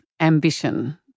ambition